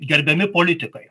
gerbiami politikai